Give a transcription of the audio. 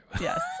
Yes